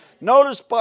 Notice